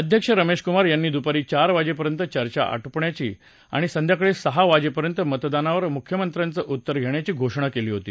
अध्यक्ष रमेश कुमार यांनी दुपारी चार वाजेपर्यंत चर्चा आटोपण्याची आणि संध्याकाळी सहा वाजेपर्यंत मतदानावर मुख्यमंत्र्याचं उत्तर घेण्याची घोषणा केली होती